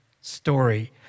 story